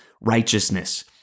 righteousness